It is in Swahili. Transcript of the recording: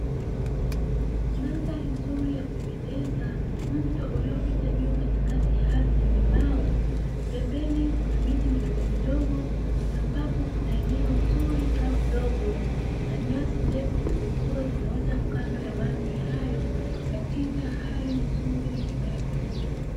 Mandhari nzuri ya kupendeza, mto uliopita juu katikati ya ardhi yenye mawe. Pembeni kuna miti midogomidogo ambapo kuna eneo zuri, kavu, dogo la nyasi ndefu zilizokuwa zimeota kando ya maji hayo, katika hali nzuri inayopendeza.